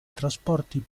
trasporti